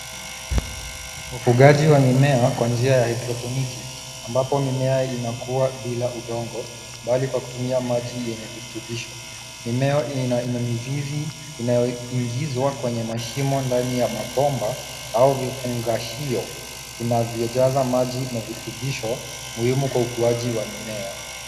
Ufugaji wa mimea kwa njia ya hydroponic ambapo mimea inakua bila udongo bali kwa kutumia maji yenye virutubisho. Mimea ina mizizi inayoingizwa kwenye mashimo ndani ya mabomba au vifungashio vinavyojaza maji na virutubisho muhimu kwa ukuaji wa mimea.